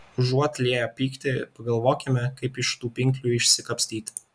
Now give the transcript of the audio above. užuot lieję pyktį pagalvokime kaip iš tų pinklių išsikapstyti